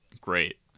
great